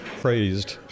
praised